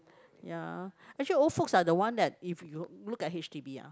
ya actually old folks are the one that if you look at h_d_b !huh!